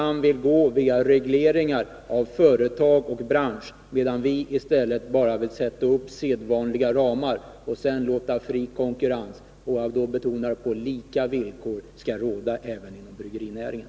Han vill gå via regleringar av företag och bransch, medan vi i stället bara vill sätta upp sedvanliga ramar och sedan låta fri konkurrens — och jag vill betona: på lika villkor — råda även inom bryggerinäringen.